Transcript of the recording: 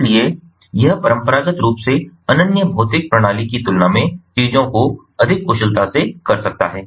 इसलिए यह परंपरागत रूप से अनन्य भौतिक प्रणाली की तुलना में चीजों को अधिक कुशलता से कर सकता है